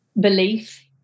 belief